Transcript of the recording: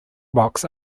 box